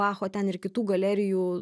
bacho ten ir kitų galerijų